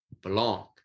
belong